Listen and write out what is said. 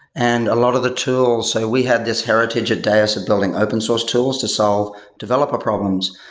and a lot of the tools so we had this heritage at deis of building open source tools to solve developer problems.